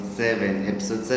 seven